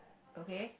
okay